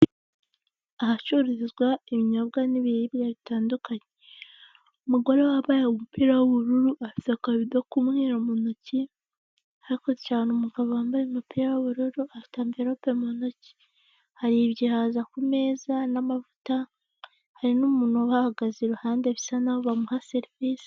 Ahacururizwa ibinyobwa n'ibiribwa bitandukanye, umugore wambaye umupira w'ubururu afite akabido k'umweru mu ntoki, ariko cyane umugabo wambaye umupira w'ubururu afite amverope mu ntoki, hari igihaza ku meza n'amavuta, hari n'umuntu ubahagaze iruhande bisa n'aho bamuha serivise.